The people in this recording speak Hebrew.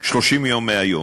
30 יום מהיום.